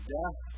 death